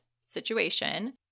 situation